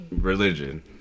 religion